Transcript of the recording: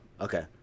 Okay